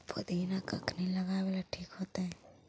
पुदिना कखिनी लगावेला ठिक होतइ?